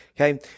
Okay